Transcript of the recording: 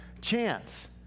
chance